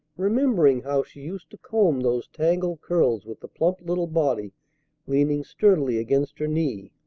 remembering how she used to comb those tangled curls with the plump little body leaning sturdily against her knee.